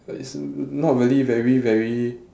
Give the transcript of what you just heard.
it's not really very very